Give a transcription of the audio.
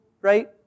right